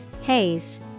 Haze